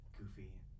Goofy